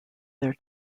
their